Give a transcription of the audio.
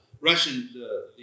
Russian